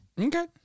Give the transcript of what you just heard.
Okay